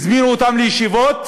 הזמינו אותם לישיבות,